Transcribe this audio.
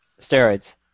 Steroids